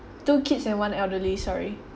two kids and one elderly sorry